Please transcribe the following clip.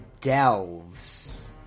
Delves